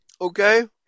Okay